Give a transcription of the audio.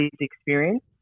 experience